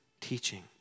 teaching